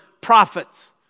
prophets